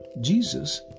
Jesus